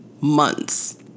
months